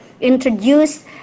introduce